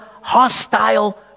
hostile